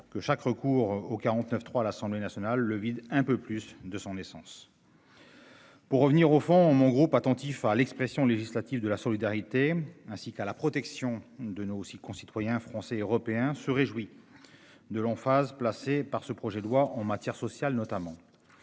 que chaque recours au 49.3, à l'Assemblée nationale le vide un peu plus de son essence. Pour revenir au fond mon groupe attentif à l'expression législative de la solidarité, ainsi qu'à la protection de nos six concitoyens français et européens se réjouit. De l'emphase placés par ce projet de loi en matière sociale notamment.